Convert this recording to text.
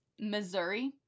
missouri